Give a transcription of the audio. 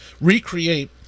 recreate